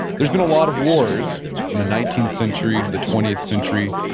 there's been a lot of wars. in the nineteenth century, the twentieth century.